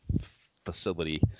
facility